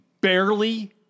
barely